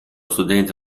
studente